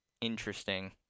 Interesting